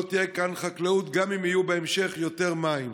לא תהיה כאן חקלאות, גם אם יהיו בהמשך יותר מים.